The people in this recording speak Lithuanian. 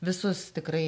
visus tikrai